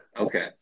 okay